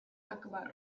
أكبر